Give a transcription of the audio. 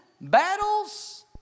battles